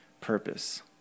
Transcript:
purpose